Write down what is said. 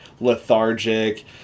lethargic